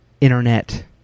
internet